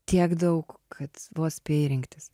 tiek daug kad vos spėji rinktis